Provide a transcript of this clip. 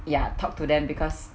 ya talk to them because